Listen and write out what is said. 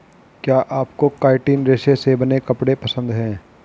क्या आपको काइटिन रेशे से बने कपड़े पसंद है